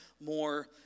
more